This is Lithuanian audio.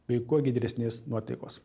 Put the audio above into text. bei kuo giedresnės nuotaikos